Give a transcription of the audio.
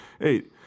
eight